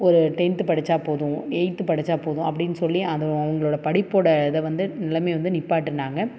ஒரு டென்த் படித்தா போதும் எயித் படித்தா போதும் அப்படின்னு சொல்லி அது அவங்களோட படிப்போடு இதை வந்து நிலைமைய வந்து நிற்பாட்டுனாங்க